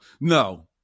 no